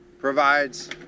provides